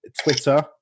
Twitter